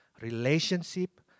Relationship